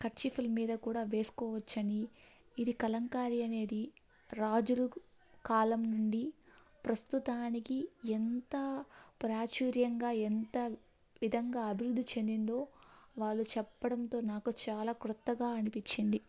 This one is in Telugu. కర్చీఫుల మీద కూడా వేసుకోవచ్చని ఇది కలంకారీ అనేది రాజుల కాలం నుండి ప్రస్తుతానికి ఎంత ప్రాచుర్యంగా ఎంత విధంగా అభివృద్ధి చెందిందో వాళ్ళు చెప్పడంతో నాకు చాలా క్రొత్తగా అనిపించింది